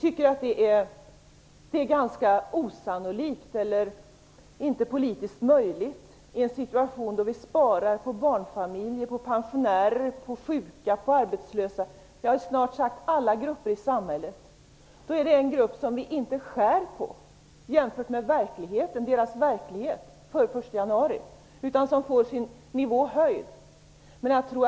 Det är inte politiskt möjligt i en situation då vi sparar på barnfamiljer, pensionärer, sjuka och arbetslösa - snart sagt alla grupper i samhället. Då skulle det vara en grupp som inte drabbas av några nedskärningar, utan de får sin nivå höjd jämfört med förra året.